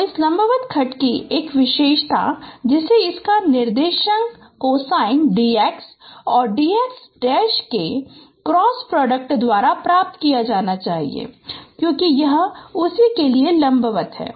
तो इस लंबवत खंड की एक विशेषता जिसे इसका निर्देशन कोसाइन dx और dx के क्रॉस प्रोडक्ट द्वारा प्राप्त किया जाना चाहिए क्योंकि यह उसी के लिए लंबवत है